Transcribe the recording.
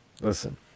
Listen